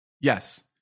Yes